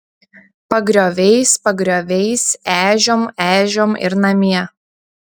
pagrioviais pagrioviais ežiom ežiom ir namie